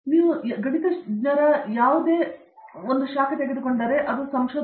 ನೀವು ತೆಗೆದುಕೊಳ್ಳುವ ಗಣಿತಜ್ಞರ ಯಾವುದೇ ಶಾಖೆ ಈ ಎಲ್ಲದರಲ್ಲಿ ಒಂದಕ್ಕೊಂದು ಸಂಬಂಧಿಸಿದೆ